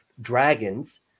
dragons